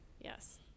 Yes